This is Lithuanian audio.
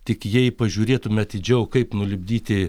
tik jei pažiūrėtume atidžiau kaip nulipdyti